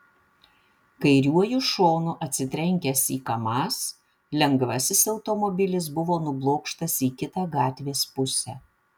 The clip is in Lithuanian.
kairiuoju šonu atsitrenkęs į kamaz lengvasis automobilis buvo nublokštas į kitą gatvės pusę